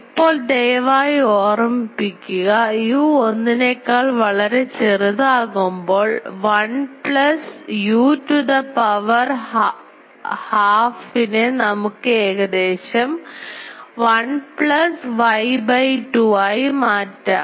ഇപ്പോൾ ദയവായി ഓർമ്മിക്കുക u ഒന്നിനേക്കാൾ വളരെ ചെറുതാകുംപോൾ 1 plus u to the power half നെ നമുക്ക് ഏകദേശം 1 plus u by 2 ആയി മാറ്റാം